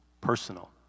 personal